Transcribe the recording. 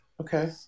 Okay